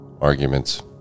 arguments